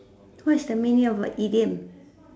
what is the meaning of an idiom